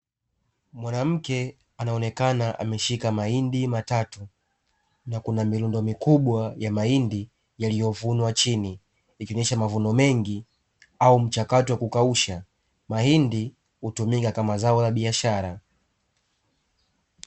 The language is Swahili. Mwnamke anaonekana ameshika mahindi matatu, na kuna mirundo mikubwa ya mahindi yaliyovunwa chini, ikionyesha mavuno mengi au mchakato wa kukausha. Mahindi hutumika kama zao la biashara.